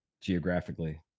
geographically